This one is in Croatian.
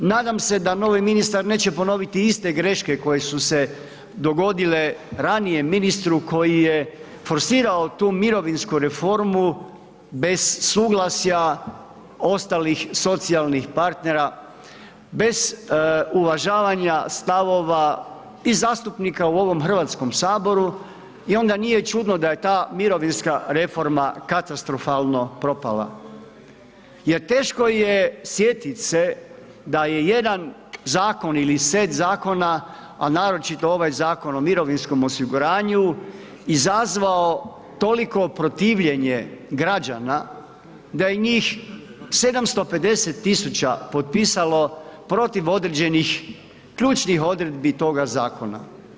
Nadam se da novi ministar neće ponoviti iste greške koje su se dogodile ranijem ministru koji je forsirao tu mirovinsku reformu bez suglasja ostalih socijalnih partnera, bez uvažavanja stavova i zastupnika u ovom HS i onda nije čudno da je ta mirovinska reforma katastrofalno propala, jer teško je sjetit se da je jedan zakon ili set zakona, a naročito ovaj Zakon o mirovinskom osiguranju izazvao toliko protivljenje građana da je njih 750 000 potpisalo protiv određenih ključnih odredbi toga zakona.